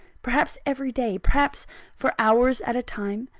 perhaps every day, perhaps for hours at a time?